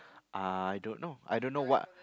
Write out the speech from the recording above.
I don't know I don't know what